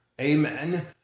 amen